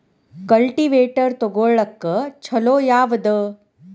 Cultivator ತೊಗೊಳಕ್ಕ ಛಲೋ ಯಾವದ?